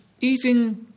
eating